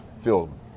feel